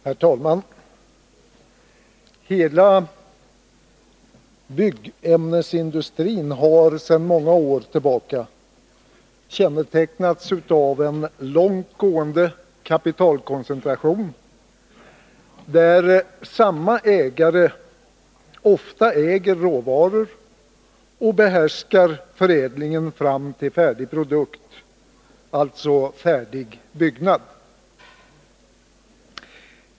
Herr talman! Hela byggämnesindustrin har sedan många år tillbaka kännetecknats av en långt gående kapitalkoncentration, där samma ägare ofta äger råvaror och behärskar förädlingen fram till färdig produkt, alltså färdig byggnad.